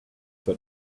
but